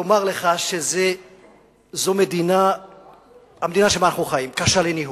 לומר לך שהמדינה שמאחוריך היא קשה לניהול,